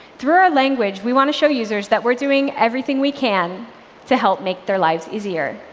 through our language, we want to show users that we're doing everything we can to help make their lives easier.